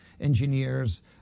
engineers